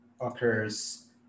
occurs